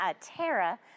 Tara